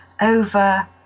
over